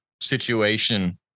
situation